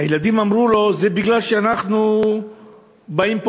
הילדים אמרו לו: בגלל שאנחנו באים לפה